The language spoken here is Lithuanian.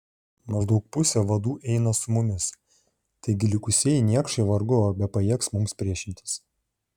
maždaug pusė vadų eina su mumis taigi likusieji niekšai vargu ar bepajėgs mums priešintis